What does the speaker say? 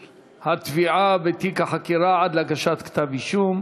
התביעה בתיק החקירה עד להגשת כתב אישום).